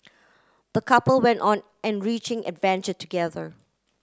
the couple went on enriching adventure together